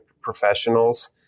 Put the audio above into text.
professionals